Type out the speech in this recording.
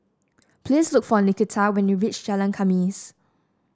please look for Nikita when you reach Jalan Khamis